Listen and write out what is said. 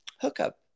hookup